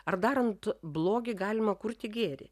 ar darant blogį galima kurti gėrį